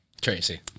tracy